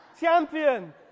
Champion